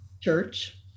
Church